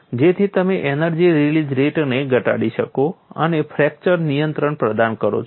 જેથી તમે energy release રેટને ઘટાડી શકો અને ફ્રેક્ચર નિયંત્રણ પ્રદાન કરો